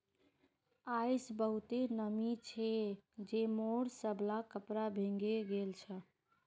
आइज बहुते नमी छै जे मोर सबला कपड़ा भींगे गेल छ